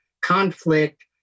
conflict